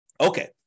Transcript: Okay